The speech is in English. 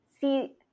see